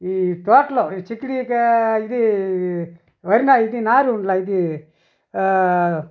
ఈ తోట్లో ఈ చిక్కిడీ కా ఇది వరి నారు నారు ఉండ్లా ఇదీ